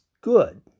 good